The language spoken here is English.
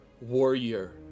warrior